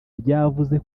ryavuze